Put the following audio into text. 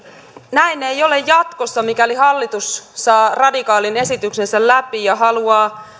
näin ei ole jatkossa mikäli hallitus saa radikaalin esityksensä läpi ja haluaa